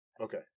Okay